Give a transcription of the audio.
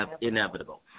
inevitable